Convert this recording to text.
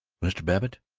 mr. babbitt?